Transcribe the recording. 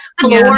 floor